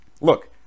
look